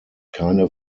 keine